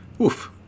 Oof